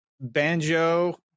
Banjo